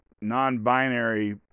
non-binary